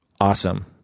awesome